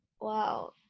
wow